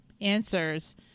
answers